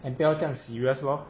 and 不要这样 serious lor